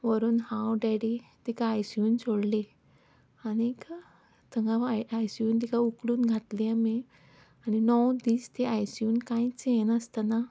व्हरून हांव डॅडी तिका आय सी यूंत सोडली आनीक तिंगा आयसीयूंत तिका उखलून घातली आमी आनी णव दीस ती आयसियूंत कांयच हें नासतना